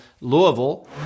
Louisville